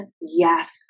yes